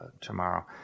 tomorrow